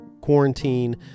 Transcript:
quarantine